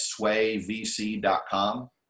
swayvc.com